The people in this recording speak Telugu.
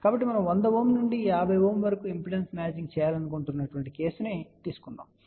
కాబట్టి మనం 100Ω నుండి 50Ω వరకు ఇంపిడెన్స్ మ్యాచింగ్ చేయాలనుకుంటున్న కేసు ను తీసుకుందాము